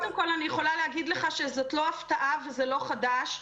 קודם כל אני יכולה להגיד לך שזאת לא הפתעה וזה לא חדש.